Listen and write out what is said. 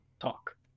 talk